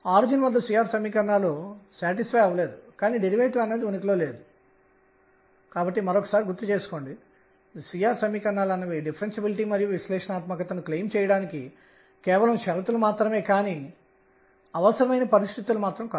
మళ్లీ మనం ఈ సమాకలని ఎలా లెక్కించాలో వివరించడం లేదు కానీ మీరు సమాకలనం చేసిన తర్వాత 2π L |Lz|విలువ వస్తుంది